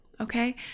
Okay